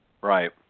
Right